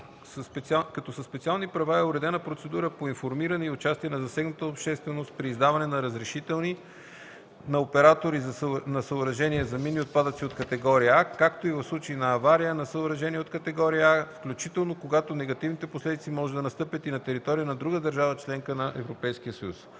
като със специални правила е уредена процедура по информиране и участие на засегнатата общественост при издаване на разрешителни на оператори на съоръжения за минни отпадъци от категория „А”, както и в случаи на авария на съоръжение от категория „А”, включително когато негативните последици може да настъпят и на територията на друга държава – членка на